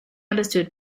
understood